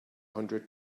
hundred